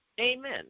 Amen